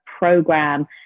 program